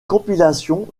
compilations